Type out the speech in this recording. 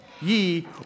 ye